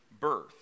birth